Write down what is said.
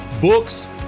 books